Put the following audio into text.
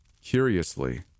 curiously